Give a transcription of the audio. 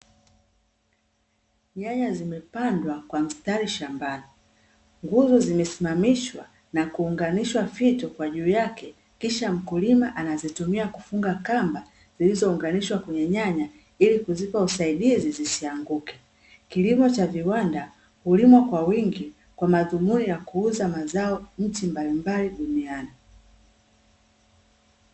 Nyanya zimepandwa kwa mstari shambani, nguzo zimesimamishwa na kuonganishwa fito kwa juu yake, kisha mkulima anazitumia kufunga kamba zilizounganishwa kwenye nyanya ili kuzipa usaidizi zisianguke. Kilimo cha viwanda hulimwa kwa wingi kwa madhumuni ya kuuza mazao nchi mbalimbali duniani.